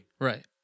Right